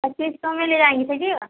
پچیس سو میں لے جائیں گے چلیے گا